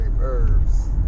herbs